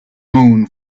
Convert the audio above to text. moon